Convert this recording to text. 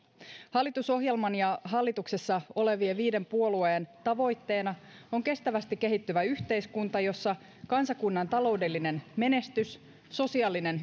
hallitusohjelman ja hallituksessa olevien viiden puolueen tavoitteena on kestävästi kehittyvä yhteiskunta jossa kansakunnan taloudellinen menestys sosiaalinen